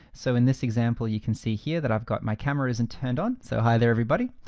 so in this example, you can see here that i've got my camera isn't turned on, so hi there everybody.